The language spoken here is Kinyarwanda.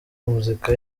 muzika